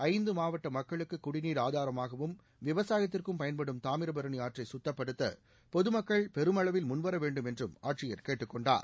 ஐந்து மாவட்ட மக்களுக்கு குடிநீர் ஆதாரமாகவும் விவசாயத்திற்கும் பயன்படும் தாமிரபரணி ஆற்றை சுத்தப்படுத்த பொதுமக்கள் பெருமளவில் முன்வர வேண்டும் என்றும் ஆட்சியர் கேட்டுக் கொண்டார்